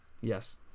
yes